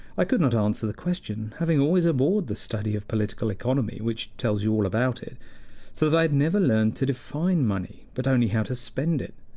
i could not answer the question, having always abhorred the study of political economy, which tells you all about it so that i had never learned to define money, but only how to spend it.